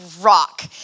rock